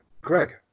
Greg